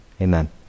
Amen